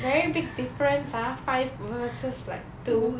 very big difference ah five versus like two